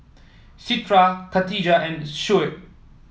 Citra Khatijah and Shuib